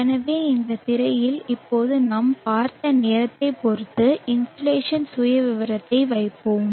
எனவே இந்தத் திரையில் இப்போது நாம் பார்த்த நேரத்தைப் பொறுத்து இன்சோலேஷன் சுயவிவரத்தை வைப்போம்